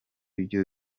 byo